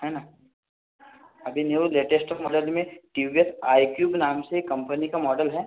है ना अभी न्यू लेटेस्ट मॉडल में T V S iQube नाम से एक कंपनी का मॉडल है